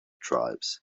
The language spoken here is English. tribes